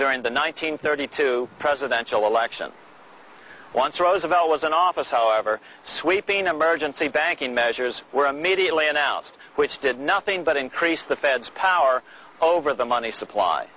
during the one nine hundred thirty two presidential election once roosevelt was in office however sweeping emergency banking measures were immediately announced which did nothing but increase the fed's power over the money supply